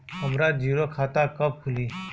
हमरा जीरो खाता कब खुली?